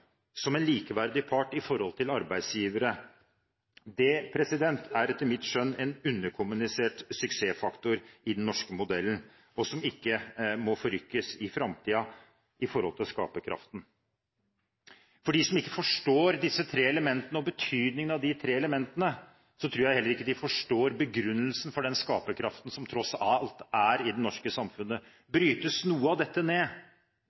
som en likeverdig part i forhold til arbeidsgivere. Det er etter mitt skjønn en underkommunisert suksessfaktor i den norske modellen, og som ikke må forrykkes i framtiden i forhold til skaperkraften. De som ikke forstår disse tre elementene og betydningen av dem, tror jeg heller ikke forstår begrunnelsen for den skaperkraften som tross alt er i det norske samfunnet. Brytes noe av dette ned,